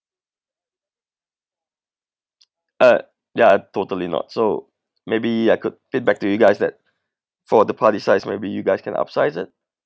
uh yeah totally not so maybe I could feedback to you guys that for the party size maybe you guys can upsize it